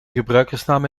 gebruikersnaam